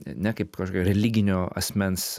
ne kaip kažkokio religinio asmens